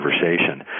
conversation